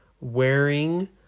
wearing